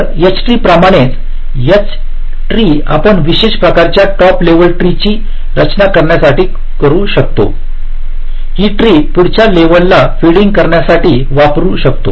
तर H tree प्रमाणेच H tree आपण विशेष प्रकारच्या टॉप लेवल ट्री ची रचना करण्यासाठी करू शकतोहि ट्री पुढच्या लेव्हलला फीडिंग करण्यासाठी वापरू शकतो